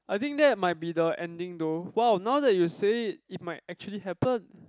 I think that might be the ending though wow now that you say it it might actually happen